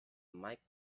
mike